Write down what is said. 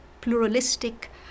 pluralistic